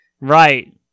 Right